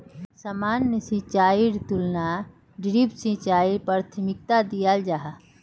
सामान्य सिंचाईर तुलनात ड्रिप सिंचाईक प्राथमिकता दियाल जाहा